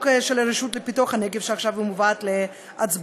של הרשות לפיתוח הנגב שעכשיו מובאת להצבעה.